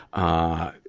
ah,